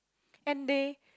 and they